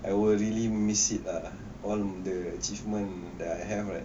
I will really miss it ah all the achievement that I have right